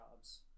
jobs